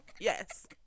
yes